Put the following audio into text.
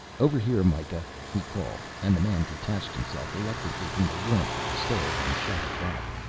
over here, mikah, he called, and the man detached himself reluctantly from the warmth of the stove and shuffled up.